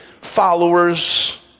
followers